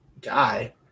guy